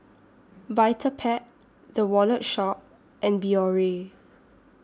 Vitapet The Wallet Shop and Biore